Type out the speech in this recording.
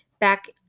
back